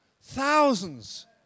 thousands